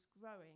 growing